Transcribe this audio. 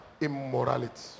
immorality